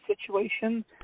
situation